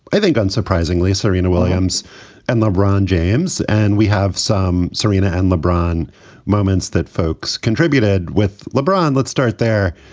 i think, unsurprisingly, serena williams and lebron james. and we have some. serena and lebron moments that folks contributed with lebron. let's start there.